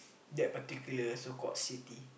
that particular so called city